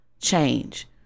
change